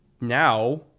now